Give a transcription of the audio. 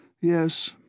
Yes